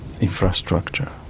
infrastructure